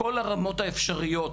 בכל הרמות האפשריות,